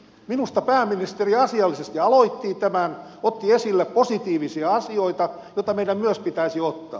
minusta pääministeri asiallisesti aloitti tämän otti esille positiivisia asioita joita meidän myös pitäisi ottaa